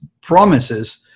promises